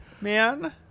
man